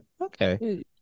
okay